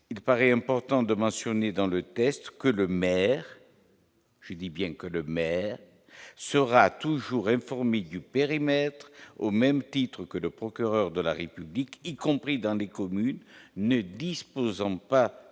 il paraît important de mentionner dans le test que le maire. Je dis bien que le maire sera toujours informé du périmètre au même titre que le procureur de la République, y compris dans les communes ne disposant pas